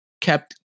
kept